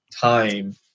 time